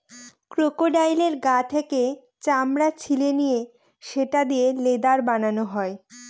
ক্রোকোডাইলের গা থেকে চামড়া ছিলে নিয়ে সেটা দিয়ে লেদার বানানো হয়